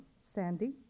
Sandy